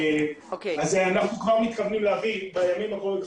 אז אנחנו מתכוונים להביא כבר בימים הקרובים,